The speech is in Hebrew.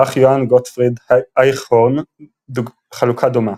ערך יוהאן גוטפריד אייכהורן חלוקה דומה,